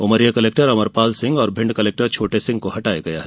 Umaria collector Amar Pal Singh और Bhind collector Chhote Singh को हटाया गया है